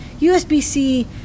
USB-C